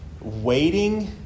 Waiting